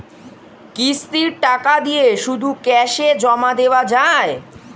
কিস্তির টাকা দিয়ে শুধু ক্যাসে জমা দেওয়া যায়?